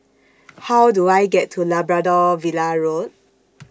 How Do I get to Labrador Villa Road